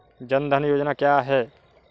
जनधन योजना क्या है?